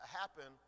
happen